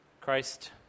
Christ